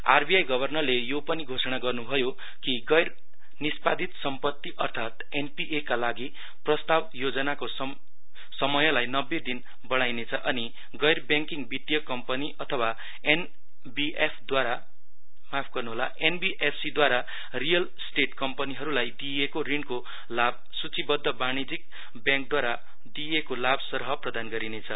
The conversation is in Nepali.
आर बि आई गवर्नरले यो पनि घोषणा गर्नु भयो कि गै निष्पादित सम्पत्ती अर्थात एन पि ए का लागि प्रस्ताव योजनाको समयलाई नब्बे दिन बढ़ाइनेछ अनि गैर ब्याङकिङ वित्तीय कम्पनी अथवा एन बि एफ सी द्वारा रियल स्टेट कम्पनीहरूलाई दिइएको ऋणको लाभ सूचिबद्व बाणीज्यिक व्याङद्वारा दिइएको लाभ सरह प्रदान गरिनेछ